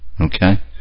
okay